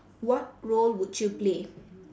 what role would you play